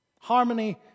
Harmony